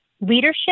leadership